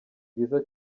byiza